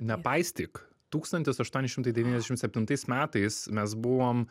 nepaistyk tūkstantis aštuoni šimtai devyniasdešim septintais metais mes buvom